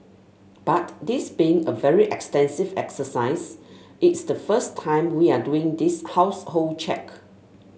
but this being a very extensive exercise it's the first time we are doing this household check